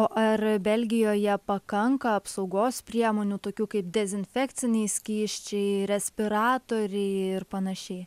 o ar belgijoje pakanka apsaugos priemonių tokių kaip dezinfekciniai skysčiai respiratoriai ir panašiai